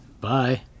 Bye